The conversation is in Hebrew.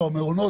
או המעונות,